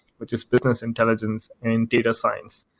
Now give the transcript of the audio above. which is business intelligence and data science.